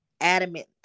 adamant